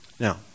Now